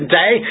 day